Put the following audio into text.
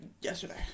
yesterday